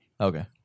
Okay